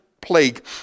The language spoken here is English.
plague